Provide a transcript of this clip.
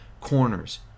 Corners